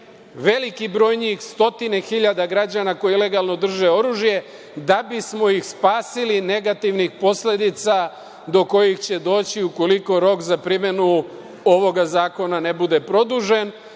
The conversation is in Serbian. veliki broj njih, stotine hiljada građana koji legalno drže oružje, spasili negativnih posledica do kojih će doći ukoliko rok za primenu ovog zakona ne bude produžen,